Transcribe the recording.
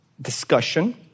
discussion